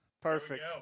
Perfect